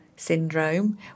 Syndrome